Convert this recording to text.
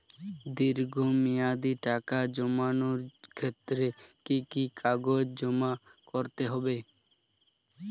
দীর্ঘ মেয়াদি টাকা জমানোর ক্ষেত্রে কি কি কাগজ জমা করতে হবে?